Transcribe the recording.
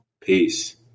Peace